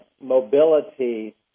mobility